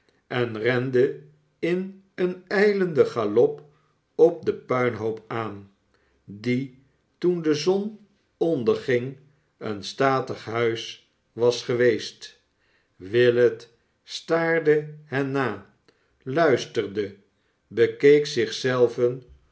en rende in een ijienden galop op den pumhoop aan die toen de zon onderging een statig huis was geweest willet staarde hen na luisterde bekeek zich zelven